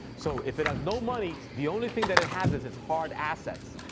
so, if it has no money, the only thing that it has is its hard assets.